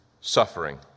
suffering